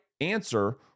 answer